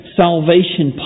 salvation